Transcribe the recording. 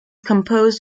composed